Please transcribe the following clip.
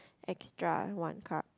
extra one cup